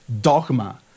dogma